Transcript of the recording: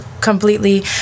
completely